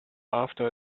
after